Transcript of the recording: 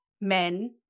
men